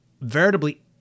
veritably